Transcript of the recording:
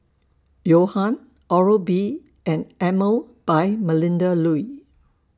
Johan Oral B and Emel By Melinda Looi